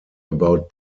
about